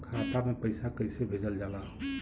खाता में पैसा कैसे भेजल जाला?